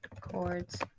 Chords